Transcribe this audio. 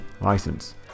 license